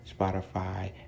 Spotify